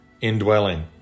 indwelling